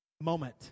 moment